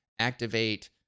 activate